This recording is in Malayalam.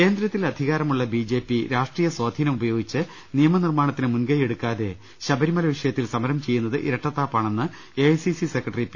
കേന്ദ്രത്തിൽ അധികാരമുള്ള ബി ജെ പി രാഷ്ട്രീയ സ്വാധീനം ഉപയോ ഗിച്ച് നിയമനിർമ്മാണത്തിന് മുൻകൈ എടുക്കാതെ ശബരിമല വിഷയത്തിൽ സമരം ചെയ്യുന്നത് ഇരട്ടത്താപ്പാണെന്ന് A I C C secretary P